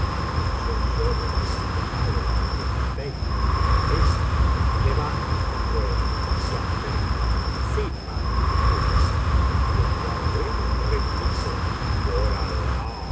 y yo sólo te he llamado para que me afeites la cabeza levántate pues y afeítame sin más discursos y el barbero replicó por alah